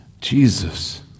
Jesus